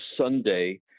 Sunday